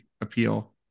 appeal